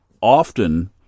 often